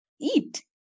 Eat